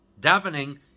Davening